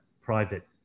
private